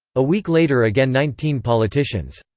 a week later again nineteen politicians.